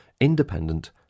independent